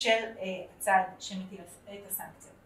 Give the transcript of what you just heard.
‫של הצד שמתי את הסנקציה.